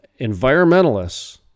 environmentalists